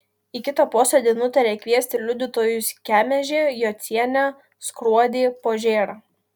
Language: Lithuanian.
į kitą posėdį nutarė kviesti liudytojus kemežį jocienę skruodį požėrą